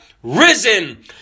risen